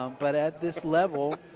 um but at this level,